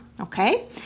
okay